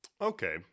Okay